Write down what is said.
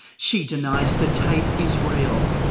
she denies the tape is real.